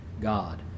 God